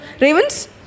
Ravens